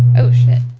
oh shit.